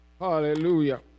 Hallelujah